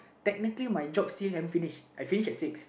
technically my job still haven't finish I finish at six